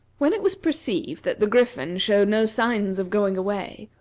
when it was perceived that the griffin showed no sign of going away,